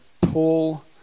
pull